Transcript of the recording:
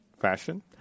Fashion